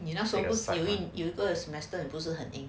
你那时候不是有一个